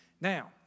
Now